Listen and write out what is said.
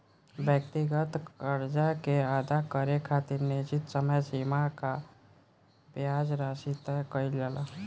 व्यक्तिगत कर्जा के अदा करे खातिर निश्चित समय सीमा आ ब्याज राशि तय कईल जाला